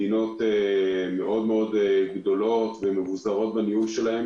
מדינות מאוד גדולות ומבוזרות בניהול שלהן